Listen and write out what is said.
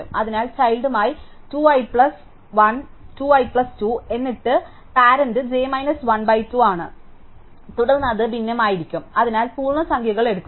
അതിനാൽ ചൈൽഡ്ടുമായി 2 i plus 1 2 i plus 2 എന്നിട്ട് പാരന്റ് j മൈനസ് 1 ബൈ 2 ആണ് തുടർന്ന് അത് ഭിന്നമായിരിക്കാം അതിനാൽ പൂർണ്ണസംഖ്യകൾ എടുക്കുക